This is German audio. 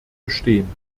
bestehen